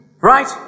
Right